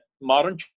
modern